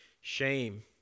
Shame